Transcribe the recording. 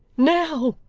now,